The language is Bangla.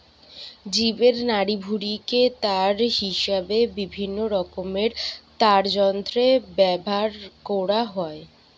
জীবের নাড়িভুঁড়িকে তার হিসাবে বিভিন্নরকমের তারযন্ত্রে ব্যাভার কোরা হয়